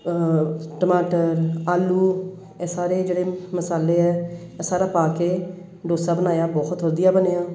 ਟਮਾਟਰ ਆਲੂ ਇਹ ਸਾਰੇ ਜਿਹੜੇ ਮਸਾਲੇੇ ਹੈ ਇਹ ਸਾਰਾ ਪਾ ਕੇ ਡੋਸਾ ਬਣਾਇਆ ਬਹੁਤ ਵਧੀਆ ਬਣਿਆ